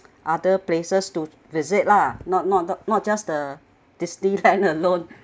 other places to visit lah not not not just the disneyland alone